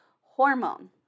hormone